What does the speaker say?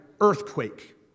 earthquake